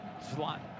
slot